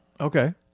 Okay